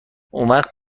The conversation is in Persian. اونوقت